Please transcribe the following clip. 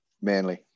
Manly